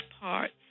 parts